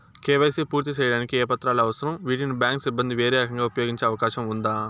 KYC పూర్తి సేయడానికి ఏ పత్రాలు అవసరం, వీటిని బ్యాంకు సిబ్బంది వేరే రకంగా ఉపయోగించే అవకాశం ఉందా?